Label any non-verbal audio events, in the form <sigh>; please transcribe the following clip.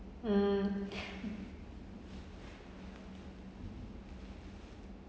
mm <breath>